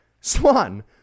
Swan